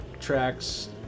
tracks